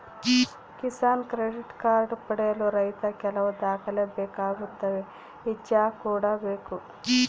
Kisan credit card ಪಡೆಯಲು ರೈತ ಕೆಲವು ದಾಖಲೆ ಬೇಕಾಗುತ್ತವೆ ಇಚ್ಚಾ ಕೂಡ ಬೇಕು